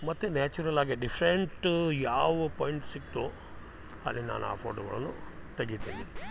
ಮತ್ತು ನ್ಯಾಚುರಲ್ ಆಗೆ ಡಿಫ್ರೆಂಟು ಯಾವ ಪಾಯಿಂಟ್ ಸಿಕ್ತೋ ಅಲ್ಲಿ ನಾನು ಆ ಫೋಟೋಗಳನ್ನು ತೆಗಿತೀನಿ